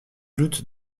doutent